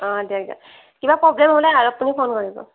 অঁ দে দে কিবা প্ৰবলেম হ'লে আপুনি ফোন কৰিব